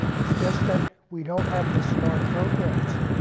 it's just that we don't have the smart programs,